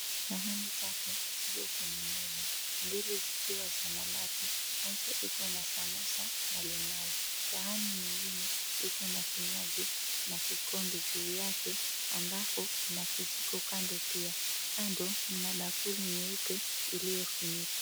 Sahani tatu ziko kwenye meza. Mbili zikiwa kwa mabati. Moja ikona samosa na limau. Sahani nyingine ikona kinywaji na kikombe juu yake ambako kuna kijiko kando pia. Kando mna bakuli nyeupe iliyofinyika.